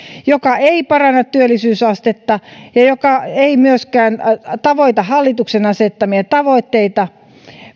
joka ei paranna työllisyysastetta ja joka ei myöskään tavoita hallituksen asettamia tavoitteita